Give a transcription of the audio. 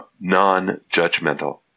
non-judgmental